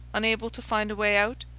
unable to find a way out?